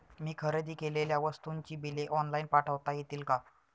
मी खरेदी केलेल्या वस्तूंची बिले ऑनलाइन पाठवता येतील का?